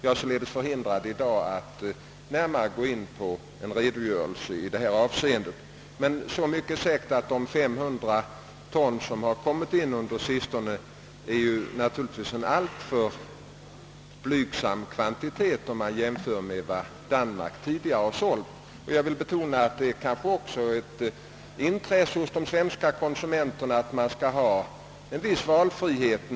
Jag är således förhindrad i dag att lämna en närmare redogörelse i detta avseende, men så mycket är säkert att de 500 ton som kommit in på sistone är en alltför blygsam kvantitet i jämförelse med vad Danmark tidigare har sålt till oss. Jag vill betona att det är ett intresse för de svenska konsumenterna att ha en viss valfrihet.